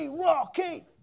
Rocky